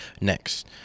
next